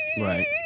right